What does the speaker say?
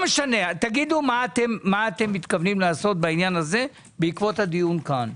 תגידו מה אתם מתכוונים לעשות בעניין הזה בעקבות הדיון כאן.